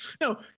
No